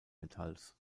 metalls